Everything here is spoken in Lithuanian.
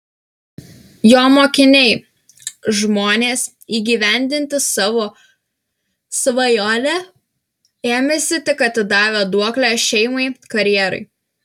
jo mokiniai žmonės įgyvendinti savo svajonę ėmęsi tik atidavę duoklę šeimai karjerai